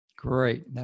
Great